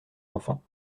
enfants